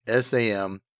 SAM